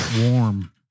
warm